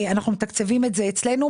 אנחנו מתקצבים את זה אצלנו,